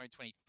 2023